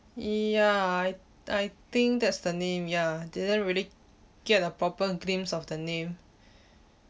ya I I think that's the name ya didn't really get a proper glimpse of the name